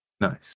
Nice